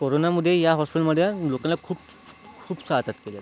कोरोनामध्ये या हॉस्पिटलमध्ये लोकांना खूप खूप सहायता केली